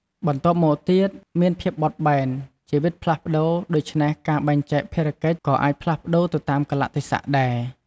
បន្ទាប់មកទៀត មានភាពបត់បែន ជីវិតផ្លាស់ប្តូរ ដូច្នេះការបែងចែកភារកិច្ចក៏អាចផ្លាស់ប្តូរទៅតាមកាលៈទេសៈដែរ។